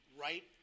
right